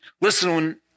Listen